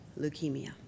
leukemia